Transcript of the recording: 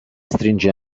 stringe